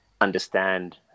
Understand